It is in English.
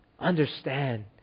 Understand